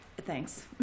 thanks